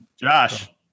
Josh